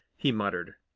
he muttered.